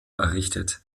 errichtet